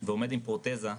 ועומד עם פרוטזה,